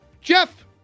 jeff